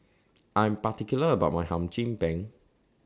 I'm particular about My Hum Chim Peng